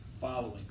following